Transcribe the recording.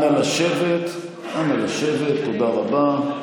אנא לשבת, תודה רבה.